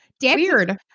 Weird